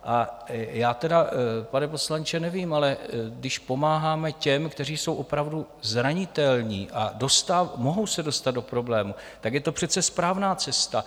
A já tedy, pane poslanče, nevím, ale když pomáháme těm, kteří jsou opravdu zranitelní a mohou se dostat do problémů, tak je to přece správná cesta.